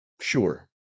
sure